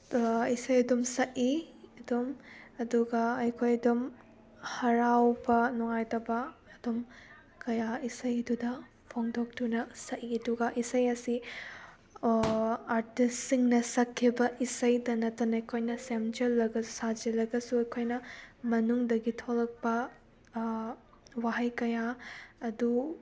ꯏꯁꯩ ꯑꯗꯨꯝ ꯁꯛꯏ ꯑꯗꯨꯝ ꯑꯗꯨꯒ ꯑꯩꯈꯣꯏ ꯑꯗꯨꯝ ꯍꯔꯥꯎꯕ ꯅꯨꯡꯉꯥꯏꯇꯕ ꯑꯗꯨꯝ ꯀꯌꯥ ꯏꯁꯩꯗꯨꯗ ꯐꯣꯡꯗꯣꯛꯇꯨꯅ ꯁꯛꯏ ꯑꯗꯨꯒ ꯏꯁꯩ ꯑꯁꯤ ꯑꯥꯔꯇꯤꯁꯁꯤꯡꯅ ꯁꯛꯈꯤꯕ ꯏꯁꯩꯗ ꯅꯠꯇꯅ ꯑꯩꯈꯣꯏ ꯁꯦꯝꯖꯤꯜꯂꯒ ꯁꯥꯖꯤꯜꯂꯒꯁꯨ ꯑꯩꯈꯣꯏꯅ ꯃꯅꯨꯡꯗꯒꯤ ꯊꯣꯛꯂꯛꯄ ꯋꯥꯍꯩ ꯀꯌꯥ ꯑꯗꯨ